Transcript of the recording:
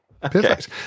Perfect